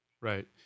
right